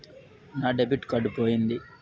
నా debit card పోయింది